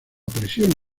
presión